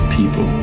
people